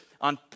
on